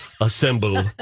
assemble